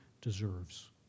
deserves